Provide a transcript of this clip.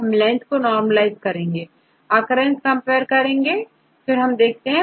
तो हम लेंथ को नॉरमलीज़ कर occurence कंपेयर कर सकते हैं